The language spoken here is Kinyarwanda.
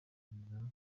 guhatanira